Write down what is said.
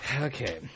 Okay